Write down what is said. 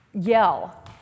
yell